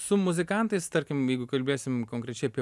su muzikantais tarkim jeigu kalbėsim konkrečiai apie